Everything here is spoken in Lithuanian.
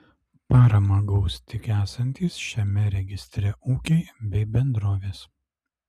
paramą gaus tik esantys šiame registre ūkiai bei bendrovės